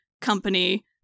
company